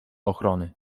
ochrony